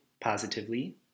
positively